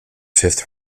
fifth